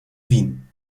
wien